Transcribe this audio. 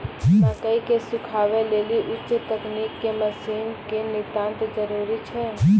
मकई के सुखावे लेली उच्च तकनीक के मसीन के नितांत जरूरी छैय?